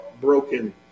broken